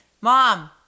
Mom